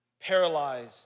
paralyzed